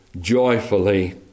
joyfully